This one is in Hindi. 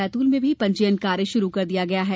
बैतूल में भी पंजीयन कार्य शुरु कर दिया है